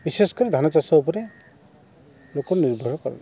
ବିଶେଷ କରି ଧାନ ଚାଷ ଉପରେ ନିର୍ଭର କରନ୍ତି